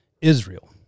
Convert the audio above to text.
Israel